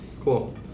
Cool